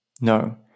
No